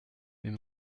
mais